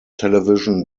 television